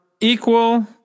equal